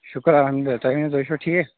شُکر اَلحمدُ للہ تُہۍ ؤنِو تُہۍ چھُو ٹھیٖک